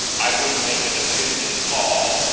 i wouldn't make a definitive call,